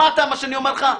שמעת מה שאני אומר לך?